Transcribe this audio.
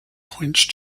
quench